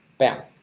bam.